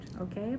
okay